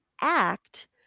act